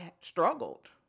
struggled